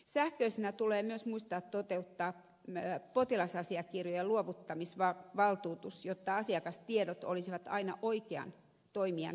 sähköisenä tulee myös muistaa toteuttaa potilasasiakirjojen luovuttamisvaltuutus jotta asiakastiedot olisivat aina oikean toimijan käytössä